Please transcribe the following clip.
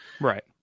Right